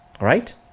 Right